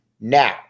Now